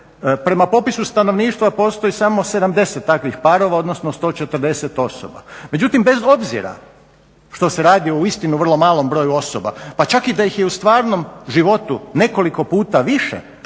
Prema popisu stanovništva postoji samo 70 takvih parova, odnosno 140 osoba. Međutim bez obzira što se radi o uistinu vrlo malom broju osoba, pa čak i da ih je u stvarnom životu nekoliko puta više,